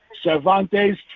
Cervantes